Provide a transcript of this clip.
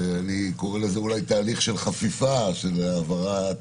אני קורא לזה אולי תהליך חפיפה של העברת